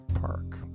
Park